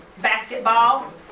basketball